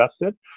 invested